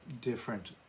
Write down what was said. different